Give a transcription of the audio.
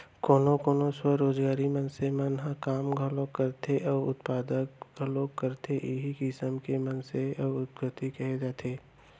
कोनो कोनो स्वरोजगारी मनसे मन ह काम घलोक करथे अउ उत्पादन घलोक करथे इहीं किसम के मनसे ल उद्यमी कहे जाथे